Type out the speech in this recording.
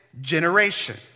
generation